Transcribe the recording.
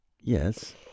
Yes